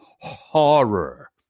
horror